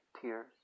tears